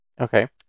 Okay